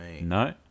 No